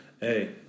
Hey